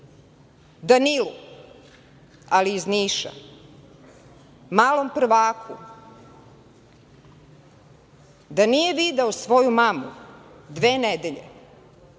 Danilu iz Niša, malom prvaku, da nije video svoju mamu dve nedelje